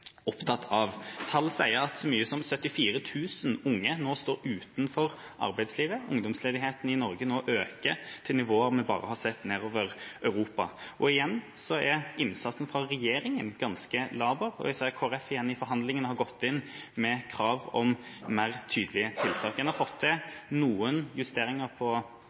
opptatt av. Tallene sier at så mye som 74 000 unge nå står utenfor arbeidslivet, at ungdomsledigheten i Norge øker til nivåer vi bare har sett nedover i Europa. Igjen er innsatsen fra regjeringa ganske laber. Kristelig Folkeparti gikk i forhandlingene inn med krav om mer tydelige tiltak. En har fått til noen justeringer på